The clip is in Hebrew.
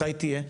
מתי היא תהיה?